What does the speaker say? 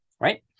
right